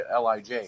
LIJ